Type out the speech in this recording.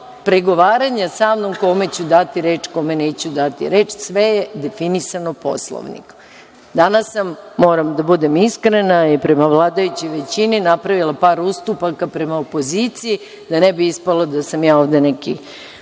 pregovaranja sa mnom kome ću dati reč, kome neću dati reč. Sve je definisano Poslovnikom. Danas sam, moram da budem iskrena i prema vladajućoj većini, napravila par ustupaka prema opoziciji, da ne bi ispalo da sam ja ovde neko